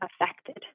affected